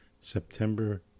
September